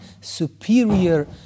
superior